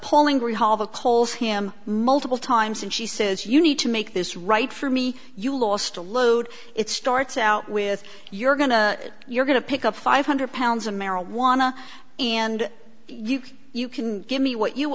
coals him multiple times and she says you need to make this right for me you lost a load it starts out with you're going to you're going to pick up five hundred pounds of marijuana and you can give me what you